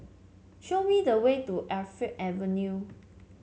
show me the way to Alkaff Avenue